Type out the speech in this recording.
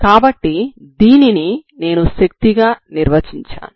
కాబట్టి దీనిని నేను శక్తిగా నిర్వచించాను